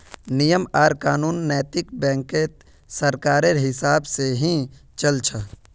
नियम आर कानून नैतिक बैंकत सरकारेर हिसाब से ही चल छ